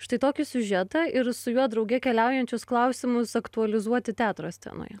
štai tokį siužetą ir su juo drauge keliaujančius klausimus aktualizuoti teatro scenoje